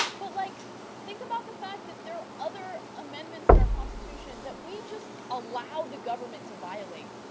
but like think about the fact that there are other amendments in our constitution that we just allow the government to violate.